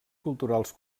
culturals